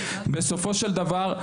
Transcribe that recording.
בסופו של דבר,